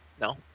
No